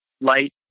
light